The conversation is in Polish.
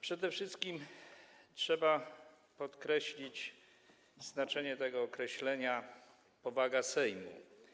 Przede wszystkim trzeba podkreślić znaczenie tego określenia: powaga Sejmu.